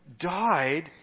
died